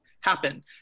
happen